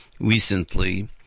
recently